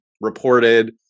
reported